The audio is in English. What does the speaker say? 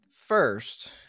first